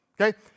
okay